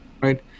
right